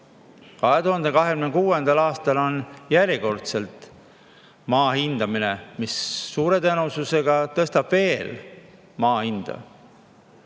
2026. aastal on järjekordselt maa hindamine, mis suure tõenäosusega tõstab veel maa hinda.Me